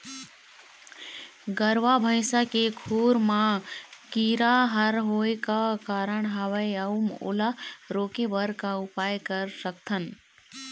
गरवा भैंसा के खुर मा कीरा हर होय का कारण हवए अऊ ओला रोके बर का उपाय कर सकथन?